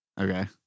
Okay